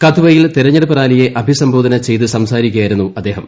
കത്വയിൽ തെരഞ്ഞെടുപ്പ് റാലിയെ അഭിസംബോധന ചെയ്ത് സംസാരിക്കുകയായിരുന്നു അദ്ദേഹം